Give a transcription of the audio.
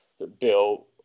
bill